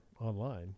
online